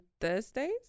Thursdays